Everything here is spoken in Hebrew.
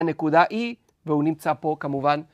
‫הנקודה היא, והוא נמצא פה כמובן.